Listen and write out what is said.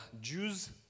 Jews